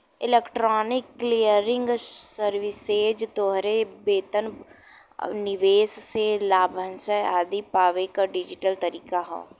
electronic clearing services तोहरे वेतन, निवेश से लाभांश आदि पावे क डिजिटल तरीका हौ